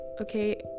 okay